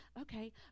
okay